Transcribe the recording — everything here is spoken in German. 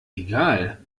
egal